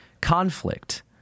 conflict